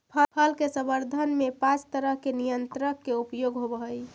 फल के संवर्धन में पाँच तरह के नियंत्रक के उपयोग होवऽ हई